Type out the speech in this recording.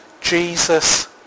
Jesus